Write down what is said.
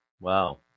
Wow